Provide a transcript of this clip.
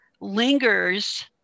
lingers